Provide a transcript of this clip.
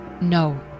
No